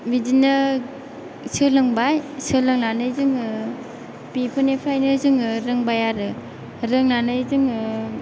बिदिनो सोलोंबाय सोलोंनानै जोङो बिफोरनिफ्रायनो जोङो रोंबाय आरो रोंनानै जोङो